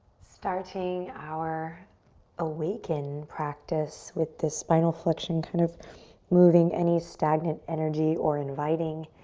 starting our awaken practice with this spinal flexion, kind of moving any stagnant energy or inviting